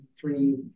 three